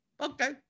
okay